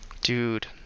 dude